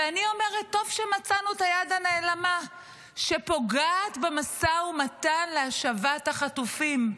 ואני אומרת: טוב שמצאנו את היד הנעלמה שפוגעת במשא ומתן להשבת החטופים.